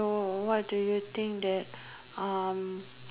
no what do you think that uh